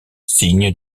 signe